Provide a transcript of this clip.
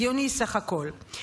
הגיוני סך הכול.